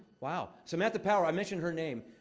wow samantha power i mentioned her name.